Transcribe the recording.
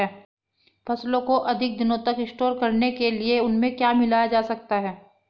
फसलों को अधिक दिनों तक स्टोर करने के लिए उनमें क्या मिलाया जा सकता है?